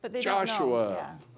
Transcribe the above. Joshua